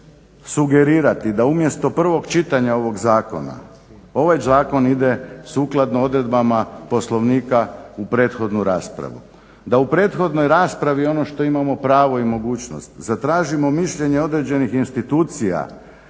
sugerirati da umjesto prvog čitanja ovog zakona ovaj zakon ide sukladno odredbama Poslovnika u prethodnu raspravu. Da u prethodnoj raspravi ono što imamo pravo i mogućnost zatražimo mišljenje određenih institucija,